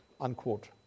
Unquote